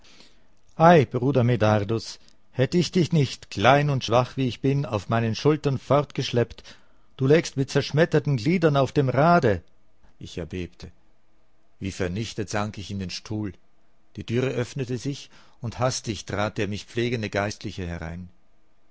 bruder medardus hätt ich dich nicht klein und schwach wie ich bin auf meinen schultern fortgeschleppt du lägst mit zerschmetterten gliedern auf dem rade ich erbebte wie vernichtet sank ich in den stuhl die türe öffnete sich und hastig trat der mich pflegende geistliche herein